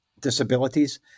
disabilities